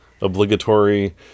obligatory